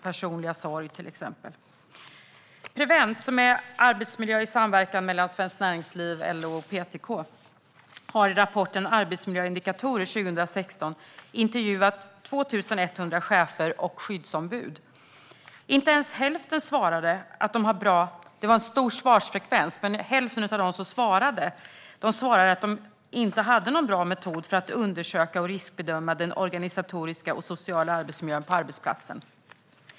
Prevent, som jobbar med arbetsmiljö i samverkan mellan Svenskt Näringsliv, LO och PTK, har i rapporten Arbetsmiljöindikator 2016 intervjuat 2 100 chefer och skyddsombud. Det var en stor svarsfrekvens, men hälften av dem som svarade sa att de inte hade någon bra metod för att undersöka och riskbedöma den organisatoriska och sociala arbetsmiljön på arbetsplatsen.